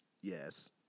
Yes